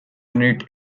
unit